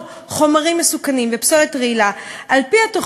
אני חייבת להגיד גם מילה על טיהור